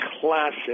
classic